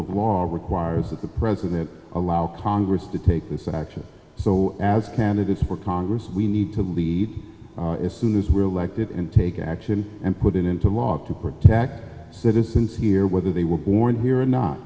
of law requires that the president allow congress to take this action so as candidates for congress we need to lead as soon as we're elected and take action and put it into law to protect citizens here whether they were born here or not